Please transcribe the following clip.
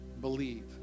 believe